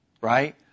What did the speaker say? Right